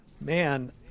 man